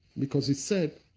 because he said,